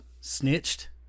snitched